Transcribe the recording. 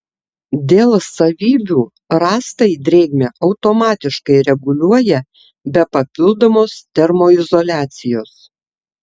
dėl savybių rąstai drėgmę automatiškai reguliuoja be papildomos termoizoliacijos